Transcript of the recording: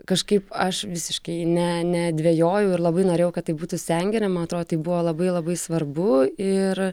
kažkaip aš visiškai ne ne dvejojau ir labai norėjau kad tai būtų sengirė man atrodo tai buvo labai labai svarbu ir